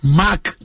mark